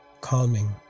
calming